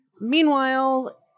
Meanwhile